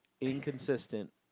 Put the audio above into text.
inconsistent